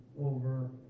over